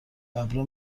ببرا